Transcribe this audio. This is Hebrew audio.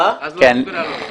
חבר הכנסת יואב,